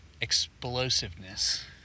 explosiveness